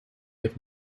have